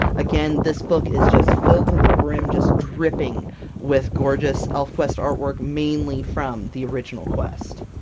again, this book is just filled to the brim! just dripping with gorgeous elfquest artwork, mainly from the original quest!